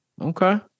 Okay